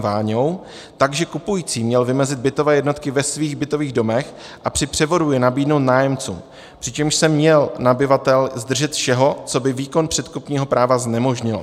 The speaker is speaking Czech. Váňou tak, že kupující měl vymezit bytové jednotky ve svých bytových domech a při převodu je nabídnout nájemcům, přičemž se měl nabyvatel zdržet všeho, co by výkon předkupního práva znemožnilo.